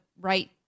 right